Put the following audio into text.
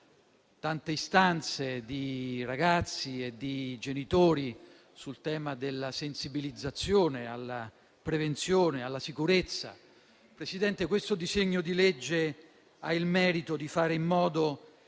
tante istanze di ragazzi e di genitori sul tema della sensibilizzazione alla prevenzione e alla sicurezza. Signor Presidente, il disegno di legge al nostro esame ha il merito di fare in modo